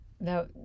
No